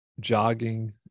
jogging